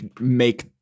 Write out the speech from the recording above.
make